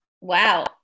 Wow